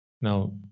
now